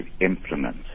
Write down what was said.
implement